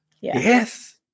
Yes